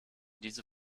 diese